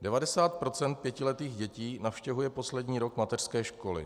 Devadesát procent pětiletých dětí navštěvuje poslední rok mateřské školy.